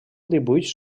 dibuix